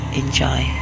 enjoy